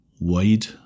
wide